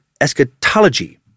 eschatology